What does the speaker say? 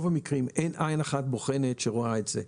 ברוב המקרים, אין עין אחת בוחנת שרואה את זה.